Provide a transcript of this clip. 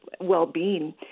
well-being